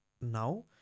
now